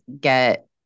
get